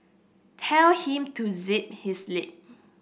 tell him to zip his lip